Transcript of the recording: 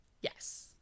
yes